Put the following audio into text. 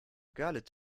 görlitz